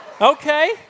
Okay